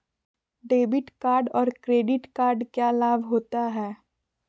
Debit card और credit card क्या लाभ होता है?